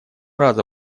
раза